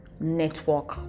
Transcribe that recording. network